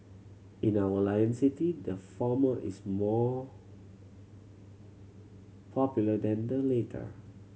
in our Lion City the former is more popular than the later